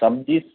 सबजी